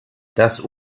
das